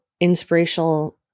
inspirational